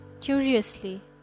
curiously